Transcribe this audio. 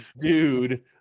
dude